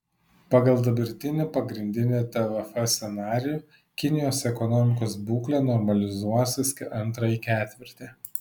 pagal dabartinį pagrindinį tvf scenarijų kinijos ekonomikos būklė normalizuosis antrąjį ketvirtį